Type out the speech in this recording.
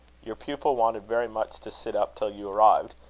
your pupil wanted very much to sit up till you arrived,